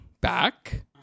back